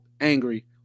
angry